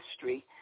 history